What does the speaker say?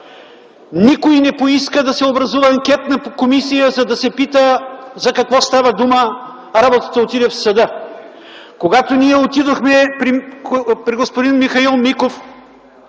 никой не поиска да се образува анкетна комисия, за да се пита за какво става дума, а работата отиде в съда. Когато отидохме при господин Михаил Миков